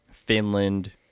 Finland